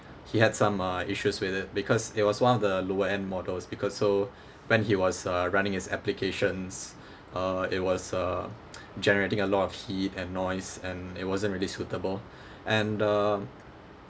he had some uh issues with it because it was one of the lower end models because so when he was uh running his applications uh it was uh generating a lot of heat and noise and it wasn't really suitable and um